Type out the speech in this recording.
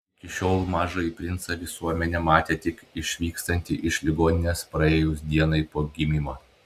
iki šiol mažąjį princą visuomenė matė tik išvykstantį iš ligoninės praėjus dienai po gimimo